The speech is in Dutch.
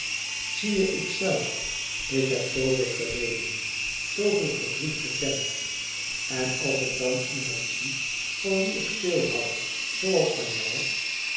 zie je ikzelf ik heb zooveel geleden zooveel verdriet gekend en als ik dan iemand zie van wie ik veel hoû zooals van jou